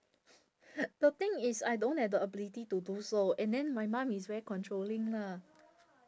the thing is I don't have the ability to do so and then my mum is very controlling lah